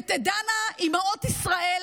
וידעו אימהות ישראל